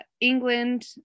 England